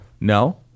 No